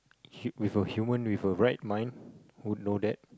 hu~ with a human with a right mind would know that